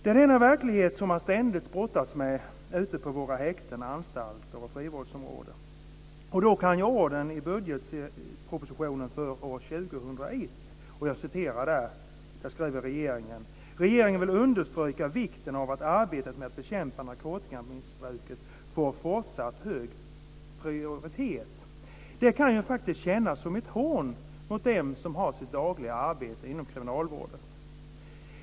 Detta är den verklighet man ständigt brottas med ute på våra häkten, anstalter och frivårdsområden. I budgetpropositionen för år 2001 skriver regeringen: Regeringen vill understryka vikten av att arbetet med att bekämpa narkotikamissbruket får fortsatt hög prioritet. Det kan ju faktiskt kännas som ett hån mot dem som har sitt dagliga arbete inom kriminalvården.